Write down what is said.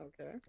Okay